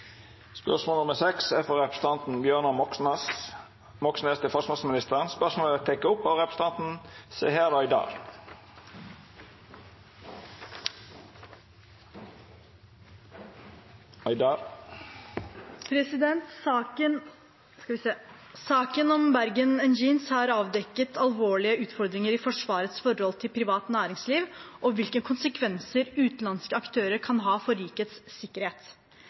representanten Bjørnar Moxnes til forsvarsministeren, vil verta teke opp av representanten Seher Aydar. «Saken om Bergen Engines har avdekket alvorlige utfordringer i Forsvarets forhold til privat næringsliv og hvilke konsekvenser utenlandske aktører kan ha for rikets sikkerhet.